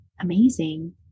amazing